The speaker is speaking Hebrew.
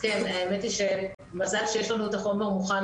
האמת היא שמזל שיש לנו את החומר מוכן